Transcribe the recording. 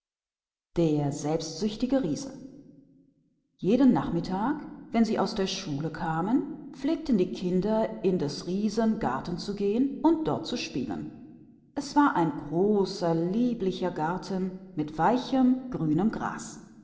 der eigensüchtige riese an jedem nachmittag wenn die kinder aus der schule kamen gingen sie in den garten des riesen und spielten da es war ein großer hübscher garten mit weichem grünem gras